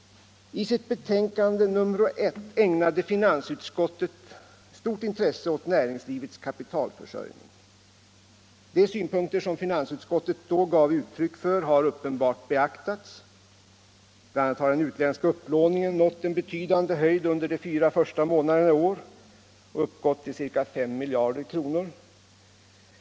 I sitt betänkande nr 1 ägnade finansutskottet stort intresse åt näringslivets kapitalförsörjning. De synpunkter som finansutskottet då gav uttryck för har uppenbarligen beaktats; bl.a. har den utländska upplåningen nått en betydande höjd under de fyra första månaderna i år och uppgått till ca 5 miljarder kronor.